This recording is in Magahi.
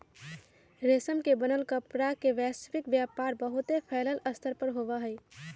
रेशम से बनल कपड़ा के वैश्विक व्यापार बहुत फैल्ल स्तर पर होबा हई